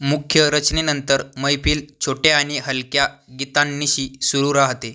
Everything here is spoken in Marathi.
मुख्य रचनेनंतर मैफील छोट्या आणि हलक्या गीतांनिशी सुरू राहते